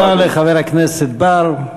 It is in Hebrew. תודה לחבר הכנסת בר.